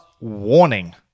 warning